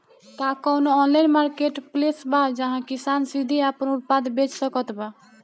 का कउनों online marketplace बा जहां किसान सीधे आपन उत्पाद बेच सकत बा?